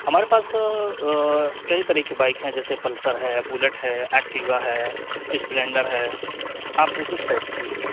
ہمارے پاس کئی طرح کی بائک ہیں جیسے پلسر ہے بلیٹ ہے ایکٹیوا ہے اسپلینڈر ہے آپ کو کس ٹائپ کی چاہیے